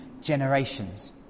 generations